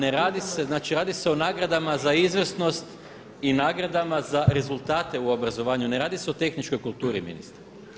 Pa ne radi se, znači radi se o nagradama za izvrsnost i nagradama za rezultate u obrazovanju, ne radi se o tehničkoj kulturi ministre.